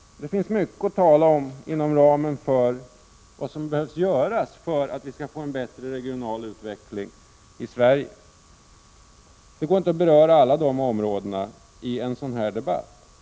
Det finns mycket att säga om vad som behöver göras för att vi skall få en bättre regional utveckling i Sverige. Det går inte att beröra alla de områdena i en sådan här debatt.